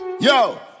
yo